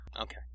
Okay